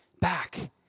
back